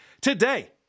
today